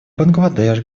бангладеш